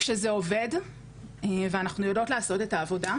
כשזה עובד ואנחנו יודעות לעשות את העבודה,